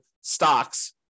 stocks